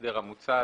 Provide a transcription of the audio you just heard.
להסדר המוצע,